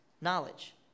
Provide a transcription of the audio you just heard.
knowledge